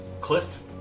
cliff